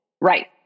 Right